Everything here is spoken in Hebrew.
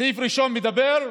סעיף ראשון מדבר,